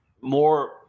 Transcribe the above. more